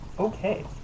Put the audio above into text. Okay